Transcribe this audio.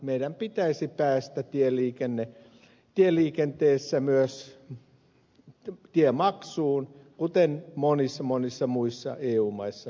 meidän pitäisi päästä tieliikenteessä myös tiemaksuun kuten monissa monissa muissa eu maissa on tilanne